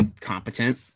competent